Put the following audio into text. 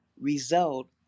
result